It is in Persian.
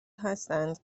هستند